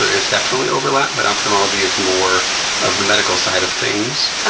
there's definitely overlap but ophthalmology is more of the medical side of things.